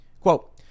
Quote